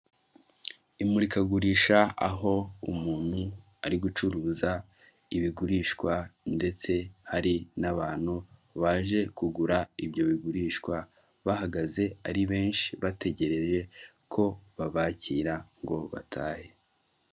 Imurikagurisha aho umuntu ari gucuruza ibigurishwa, ndetse hari n'abantu baje kugura ibyo bigurishwa bahagaze ari benshi bategereje ko babakira ngo batahe.